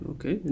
Okay